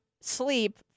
sleep